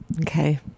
Okay